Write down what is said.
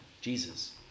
Jesus